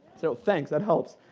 so thanks, that helps.